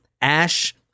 Ash